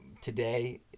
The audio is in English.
today